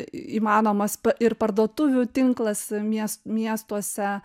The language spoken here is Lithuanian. įmanomas ir parduotuvių tinklas mies miestuose